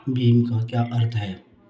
भीम का क्या अर्थ है?